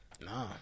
Nah